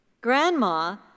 Grandma